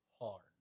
hard